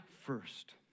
first